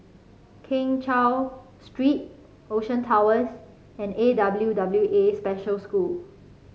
Keng Cheow Street Ocean Towers and A W W A Special School